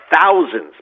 thousands